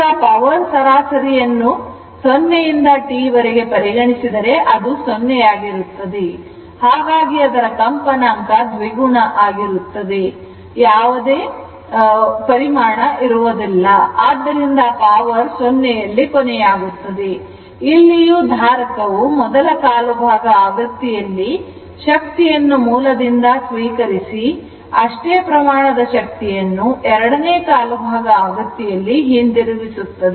ಈಗ ಪವರ್ ಸರಾಸರಿಯನ್ನು ದಿಂದ ವರೆಗೆ ಪರಿಗಣಿಸಿದರೆ ಅದು 0 ಯಾಗಿರುತ್ತದೆ ಹಾಗಾಗಿ ಅದರ ಕಂಪನಾಂಕ ದ್ವಿಗುಣ ಅಂದರೆ ಆಗಿರುತ್ತದೆ ಯಾವ ಯಾವದೇ ಇರುವುದಿಲ್ಲ ಆದ್ದರಿಂದ ಪವರ್ ಕೊನೆಯಾಗುತ್ತದೆ ಇಲ್ಲಿಯೂ ಧಾರಕವು ಮೊದಲ ಕಾಲು ಭಾಗ ಆವೃತ್ತಿಯಲ್ಲಿ ಶಕ್ತಿಯನ್ನು ಮೂಲದಿಂದ ಸ್ವೀಕರಿಸಿ ಅಷ್ಟೇ ಪ್ರಮಾಣದ ಶಕ್ತಿಯನ್ನು ಎರಡನೇ ಕಾಲು ಭಾಗ ಆವೃತ್ತಿಯಲ್ಲಿ ಹಿಂದಿರುಗಿಸುತ್ತದೆ